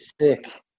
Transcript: sick